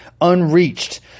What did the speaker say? Unreached